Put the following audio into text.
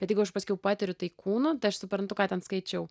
bet jeigu aš paskiau patiriu tai kūnu tai aš suprantu ką ten skaičiau